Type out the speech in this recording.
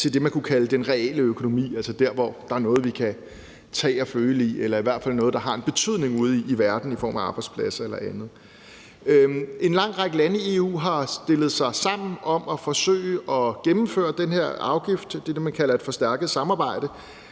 til det, man kunne kalde den reale økonomi, altså der, hvor der er noget, vi kan tage og føle på, eller i hvert fald noget, der har en betydning ude i verden i form af arbejdspladser eller andet. En lang række lande i EU har sat sig sammen for at forsøge at gennemføre den her afgift – det er det, man kalder et forstærket samarbejde